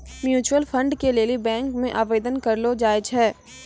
mutual fund के लेली bank मे आवेदन करलो जाय छै